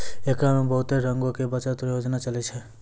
एकरा मे बहुते रंगो के बचत योजना चलै छै